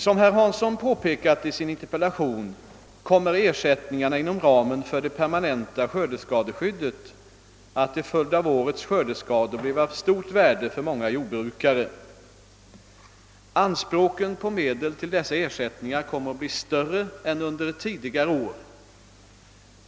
Som herr Hansson påpekat i sin interpellation kommer ersättningarna inom ramen för det permanenta skördeskadeskyddet att till följd av årets skördeskador bli av stort värde för många jordbrukare. Anspråken på medel till dessa ersättningar kommer att bli större än under tidigare år.